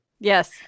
yes